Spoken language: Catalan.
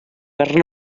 per